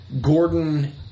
Gordon